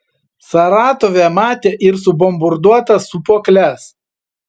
saratove matė ir subombarduotas sūpuokles